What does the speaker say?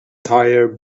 tire